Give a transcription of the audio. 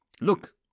Look